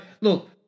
look